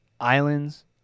islands